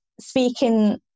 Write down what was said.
speaking